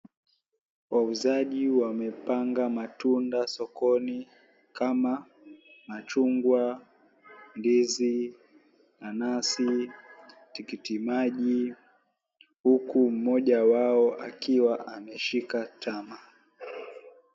Wauzaji wamepanga matunda sokoni kama machungwa, ndizi, nanasi, tikiti maji huku mmoja wao akiwa ameshika tama.